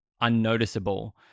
unnoticeable